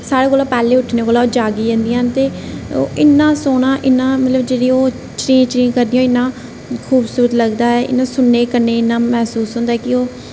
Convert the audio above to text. सारे कोला पैह्लें उट्ठने कोला ओह् जागी जंदियां न ते ओह् इन्ना सोह्ना इन्ना मतलब जेह्ड़ी ओह् चीं चीं करदियां इन्ना खूबसूरत लगदा ऐ इयां सुनने गी कन्नें गी इन्ना महसूस होंदा ऐ कि ओह्